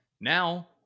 now